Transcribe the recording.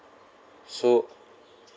so